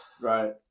Right